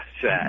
sad